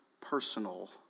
personal